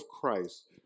Christ